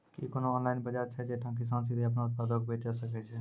कि कोनो ऑनलाइन बजार छै जैठां किसान सीधे अपनो उत्पादो के बेची सकै छै?